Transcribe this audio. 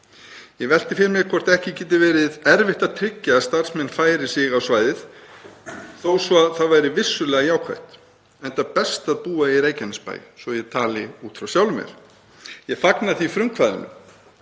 Ég velti fyrir mér hvort ekki geti verið erfitt að tryggja að starfsmenn færi sig á svæðið þó svo það væri vissulega jákvætt, enda best að búa í Reykjanesbæ, svo ég tali út frá sjálfum mér. Ég fagna því frumkvæðinu